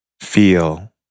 Feel